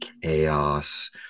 chaos